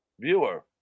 viewer